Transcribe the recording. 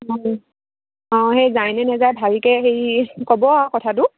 অঁ অঁ সেই যায়নে নেযায় ভালকৈ হেৰি ক'ব আৰু কথাটো